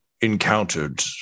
encountered